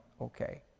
Okay